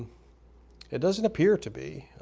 it doesn't appear to be,